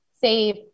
save